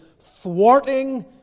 thwarting